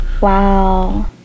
Wow